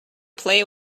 play